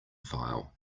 file